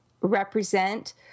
Represent